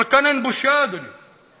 אבל כאן אין בושה, אדוני.